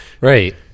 right